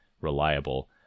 reliable